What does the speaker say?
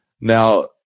Now